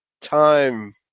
time